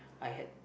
I had